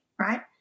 right